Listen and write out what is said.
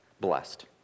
blessed